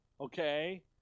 okay